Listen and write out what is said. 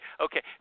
Okay